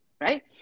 right